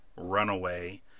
Runaway